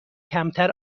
کمتر